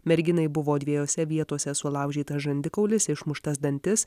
merginai buvo dviejose vietose sulaužytas žandikaulis išmuštas dantis